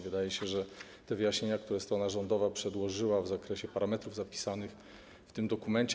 Wydaje się, że te wyjaśnienia, które strona rządowa przedłożyła w zakresie paramentów zapisanych w tym dokumencie.